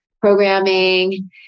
programming